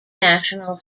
national